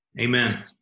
Amen